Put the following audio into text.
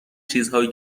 چیزهایی